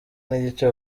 n’igice